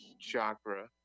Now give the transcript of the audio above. Chakra